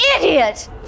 idiot